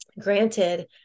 granted